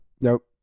Nope